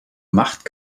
macht